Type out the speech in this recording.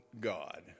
God